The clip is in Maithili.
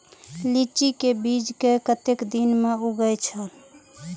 लीची के बीज कै कतेक दिन में उगे छल?